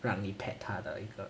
让你 pet 她的一个